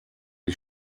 die